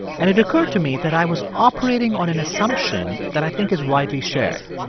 and it occurred to me that i was operating on an assumption that i think is widely shared.